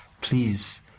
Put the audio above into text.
Please